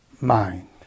mind